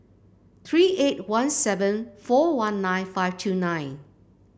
three eight one seven four one nine five two nine